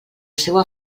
seua